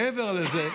מעבר לזה,